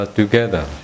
together